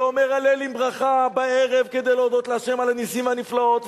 ואומר "הלל" עם ברכה בערב כדי להודות לה' על הנסים והנפלאות,